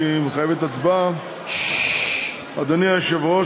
שמחייבת הצבעה: אדוני היושב-ראש,